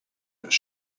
its